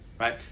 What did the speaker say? right